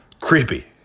creepy